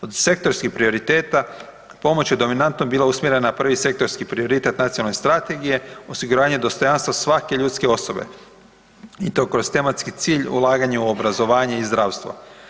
Od sektorskih prioriteta pomoć je dominantno bila usmjerena na prvi sektorski prioritet nacionalne strategije, osiguranje dostojanstva svake ljudske osobe i to kroz tematski cilj ulaganja u obrazovanje i zdravstvo.